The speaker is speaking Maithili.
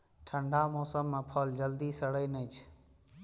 ठंढा मौसम मे फल जल्दी सड़ै नै छै